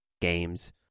games